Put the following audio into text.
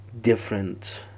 different